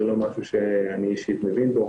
זה לא משהו שאני אישית מבין בו